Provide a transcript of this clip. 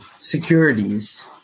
securities